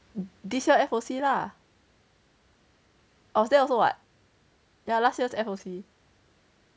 this year F_O_C lah I was there also what ya last year's F_O_C